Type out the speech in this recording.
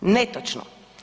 Netočno.